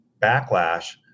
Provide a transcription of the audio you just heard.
backlash